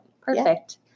perfect